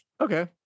okay